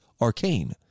arcane